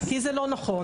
כי זה לא נכון.